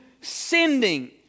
sending